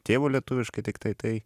tėvu lietuviškai tiktai tai